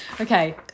Okay